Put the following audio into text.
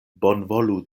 bonvolu